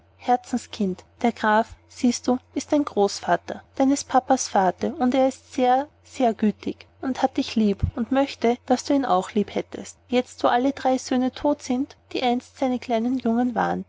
herzenskind der graf siehst du ist dein großvater deines papas vater und er ist sehr sehr gütig und hat dich lieb und möchte daß du ihn auch lieb hättest jetzt wo alle drei söhne tot sind die einst seine kleinen jungen waren